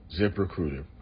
ZipRecruiter